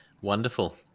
wonderful